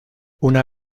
una